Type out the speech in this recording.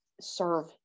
serve